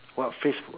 what phrase